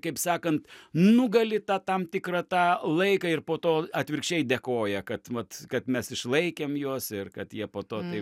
kaip sakant nugali tą tam tikrą tą laiką ir po to atvirkščiai dėkoja kad vat kad mes išlaikėm juos ir kad jie po to taip